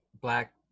black